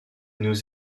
nous